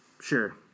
sure